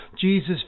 Jesus